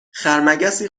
خرمگسی